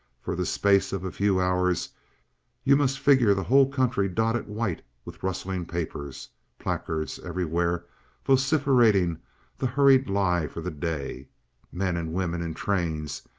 for the space of a few hours you must figure the whole country dotted white with rustling papers placards everywhere vociferating the hurried lie for the day men and women in trains,